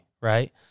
Right